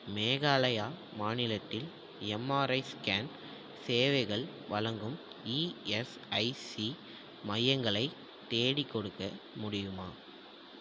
மேகாலயா மாநிலத்தில் MRI scan சேவைகள் வழங்கும் இஎஸ்ஐசி மையங்களை தேடிக்கொடுக்க முடியுமா